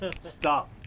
Stop